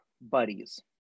Buddies